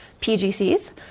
PGCs